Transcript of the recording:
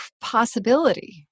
possibility